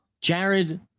Jared